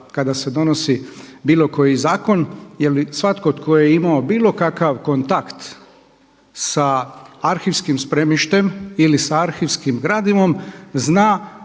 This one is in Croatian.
kada se donosi bilo koji zakon. Jer svatko tko je imao bilo kakav kontakt sa arhivskim spremištem ili sa arhivskim gradivom zna